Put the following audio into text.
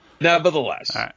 Nevertheless